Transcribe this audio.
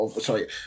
sorry